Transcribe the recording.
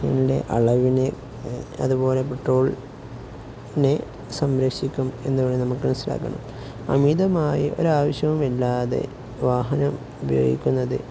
അളവിനെ അതുപോലെ പെട്രോളിനെ സംരക്ഷിക്കും എന്നു നമ്മള് മനസ്സിലാക്കണം അമിതമായി ഒരാവശ്യവുമല്ലാതെ വാഹനം ഉപയോഗിക്കുന്നത്